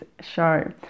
show